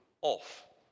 off